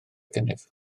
gennyf